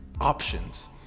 options